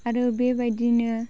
आरो बेबायदिनो